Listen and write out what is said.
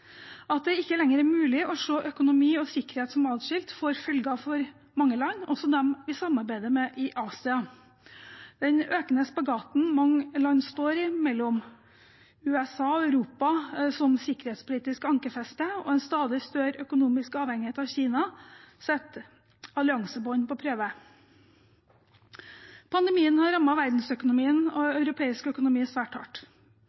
At det ikke lenger er mulig å se økonomi og sikkerhet som adskilt, får følger for mange land, også dem vi samarbeider med i Asia. Den økende spagaten mange land står i mellom USA og Europa som sikkerhetspolitisk ankerfeste og en stadig større økonomisk avhengighet av Kina, setter alliansebånd på prøve. Pandemien har rammet verdensøkonomien og europeisk økonomi svært hardt.